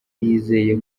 yizeye